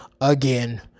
again